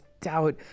doubt